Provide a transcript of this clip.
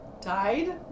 Died